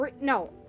no